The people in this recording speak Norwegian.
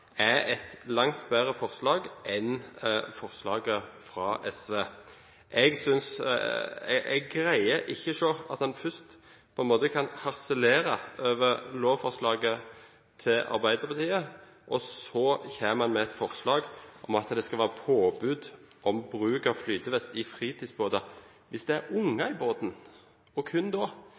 er et langt bedre forslag enn forslaget fra SV. Jeg greier ikke å forstå at man først kan harselere over lovforslaget til Arbeiderpartiet, for så å komme med et forslag om et påbud om flytevest i fritidsbåter hvis det er unger i båten – og kun da.